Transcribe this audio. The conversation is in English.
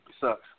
sucks